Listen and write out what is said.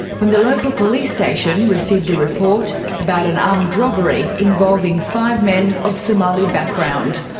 when the local police station received a report about an armed robbery involving five men of somali background.